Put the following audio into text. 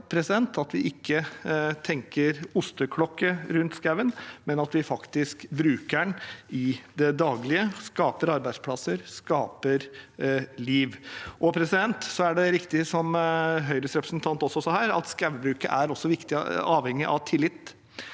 at vi ikke tenker oss en osteklokke rundt skogen, men at vi faktisk bruker den i det daglige, skaper arbeidsplasser og skaper liv. Så er det riktig, som Høyres representant sa her, at skogbruket også er avhengig av tillit.